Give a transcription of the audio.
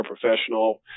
professional